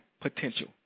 potential